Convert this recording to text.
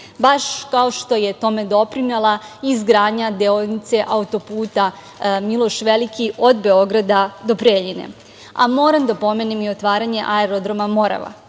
baš kao što je tome doprinela izgradnja deonice auto-puta „Miloš Veliki“ od Beograda do Preljine. Moram da pomenem i otvaranje Aerodroma „Morava“.